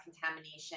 contamination